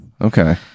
Okay